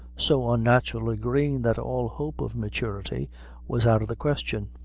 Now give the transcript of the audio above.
so unnaturally green that all hope of maturity was out of the question.